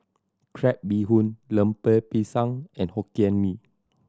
crab bee hoon Lemper Pisang and Hokkien Mee